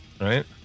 Right